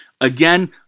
Again